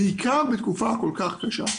במיוחד בתקופה הכל כך קשה,